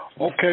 Okay